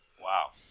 Wow